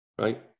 Right